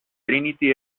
trinity